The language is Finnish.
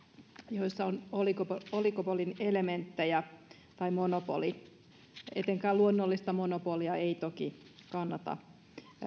joissa on oligopolin elementtejä tai monopoli etenkään luonnollista monopolia ei toki kannata